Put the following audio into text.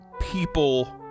people